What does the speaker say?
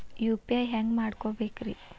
UPI ಹ್ಯಾಂಗ ಮಾಡ್ಕೊಬೇಕ್ರಿ?